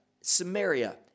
samaria